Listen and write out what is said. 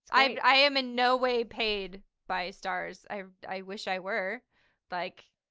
i but i am in no way paid by starz. i, i wish i were like,